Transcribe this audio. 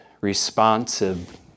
responsive